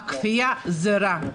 הכפייה היא רעה.